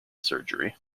surgery